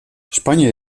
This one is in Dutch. spanje